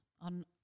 on